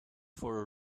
for